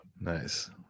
Nice